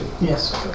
Yes